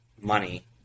money